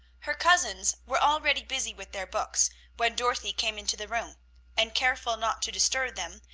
her cousins were already busy with their books when dorothy came into the room and, careful not to disturb them,